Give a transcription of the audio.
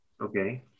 okay